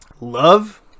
love